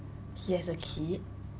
he has a kid